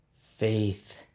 faith